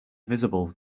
visible